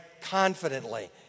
confidently